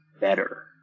better